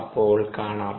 അപ്പോൾ കാണാം